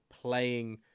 playing –